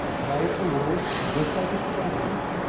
write the word just like it sounds,